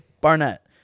Barnett